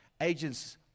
agents